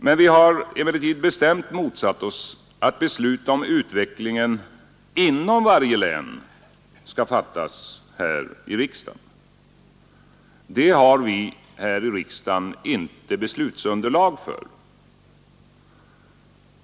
Men vi har bestämt motsatt oss att beslut om utvecklingen inom varje län skall fattas här i riksdagen. Det har vi här i riksdagen inte beslutsunderlag för.